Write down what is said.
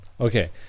Okay